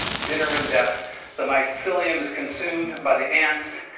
dinner and death the mycelium is consumed by the ants,